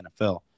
NFL